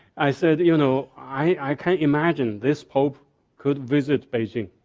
i said, you know, i can imagine this pope could visit beijing